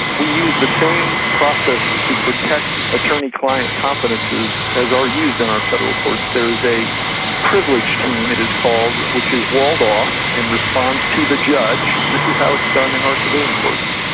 we use the same process to protect attorney-client confidences as are used in our federal courts there is a privilege team it is called, which is walled off in response to the judge, this is how it's done in our civilian courts.